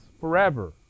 forever